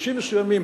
בהפרשים מסוימים,